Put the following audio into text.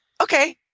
okay